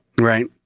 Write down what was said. right